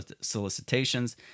solicitations